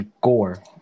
gore